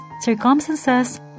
circumstances